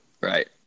Right